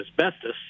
asbestos